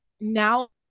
now